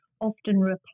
often